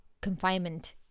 confinement